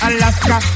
Alaska